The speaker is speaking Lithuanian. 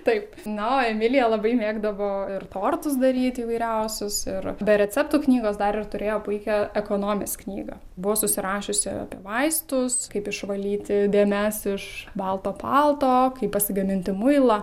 taip na o emilija labai mėgdavo ir tortus daryti įvairiausius ir be receptų knygos dar ir turėjo puikią ekonomės knygą buvo susirašiusi apie vaistus kaip išvalyti dėmes iš balto palto kaip pasigaminti muilą